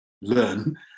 learn